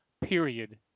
period